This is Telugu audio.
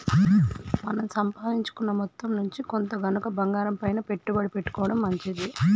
మన సంపాదించుకున్న మొత్తం నుంచి కొంత గనక బంగారంపైన పెట్టుబడి పెట్టుకోడం మంచిది